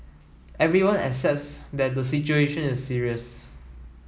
everyone accepts that the situation is serious